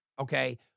okay